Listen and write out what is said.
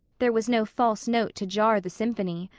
there was no false note to jar the symphony.